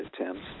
attempts